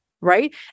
right